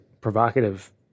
provocative